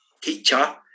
teacher